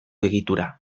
egitura